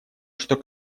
чтобы